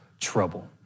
trouble